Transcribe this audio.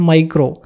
Micro